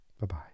Bye-bye